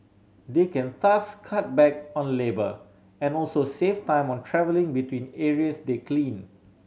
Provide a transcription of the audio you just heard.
they can thus cut back on labour and also save time on travelling between areas they clean